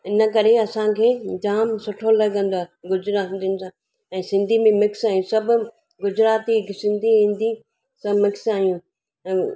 इन करे असांखे जाम सुठो लॻंदो आहे गुजरातीनि सां ऐं सिंधी बि मिक्स आहियूं सभु गुजराती हिक सिंधी हिंदी सभु मिक्स आहियूं ऐं